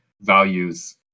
values